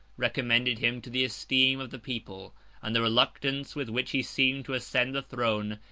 recommended him to the esteem of the people and the reluctance with which he seemed to ascend the throne,